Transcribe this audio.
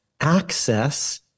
access